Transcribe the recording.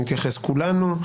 נתייחס כולנו,